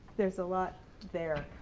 there's a lot there.